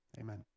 amen